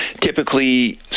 typically